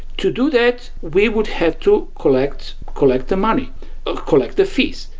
to do that, we would have to collect collect the money or collect the fees.